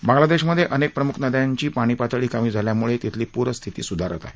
बांगलादेशमधे अनेक प्रमुख नद्यांची पाणीपातळी कमी झाल्यामुळे तिथली पूरपरिस्थिती सुधारत आहे